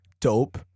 dope